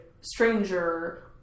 stranger